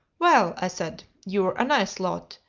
well, i said, you're a nice lot!